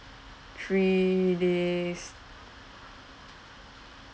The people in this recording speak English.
three days